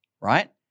right